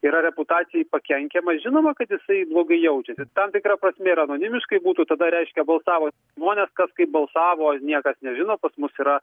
yra reputacijai pakenkiama žinoma kad jisai blogai jaučiasi tam tikra prasme ir anonimiškai būtų tada reiškė baltavo žmonės kad kaip balsavo niekas nežino pas mus yra